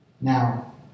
Now